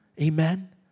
Amen